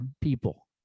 people